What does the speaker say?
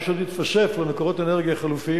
מה שעוד התווסף במקורות אנרגיה חלופיים